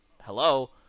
Hello